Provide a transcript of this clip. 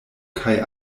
kaj